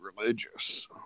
religious